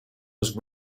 was